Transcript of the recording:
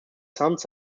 sons